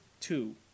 two